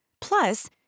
Plus